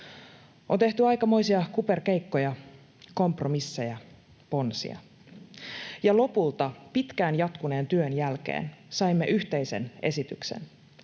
On tehty aikamoisia kuperkeikkoja, kompromisseja, ponsia. Ja lopulta pitkään jatkuneen työn jälkeen saimme yhteisen esityksen,